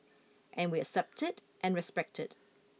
and we accept it and respect it